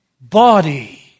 body